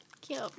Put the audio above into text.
Cute